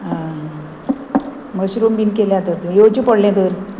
आं mushroom bean केल्या तर येवचें पडलें तर